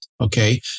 Okay